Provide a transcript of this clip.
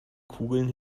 kugeln